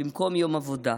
במקום יום עבודה.